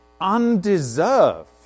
Undeserved